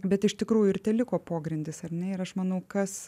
bet iš tikrųjų ir teliko pogrindis ar ne ir aš manau kas